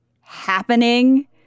happening